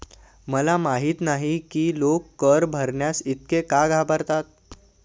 मला माहित नाही की लोक कर भरण्यास इतके का घाबरतात